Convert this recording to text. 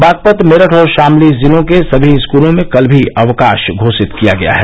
बागपत मेरठ और शामली जिलों के सभी स्कूलों में कल भी अवकाश घोषित किया गया है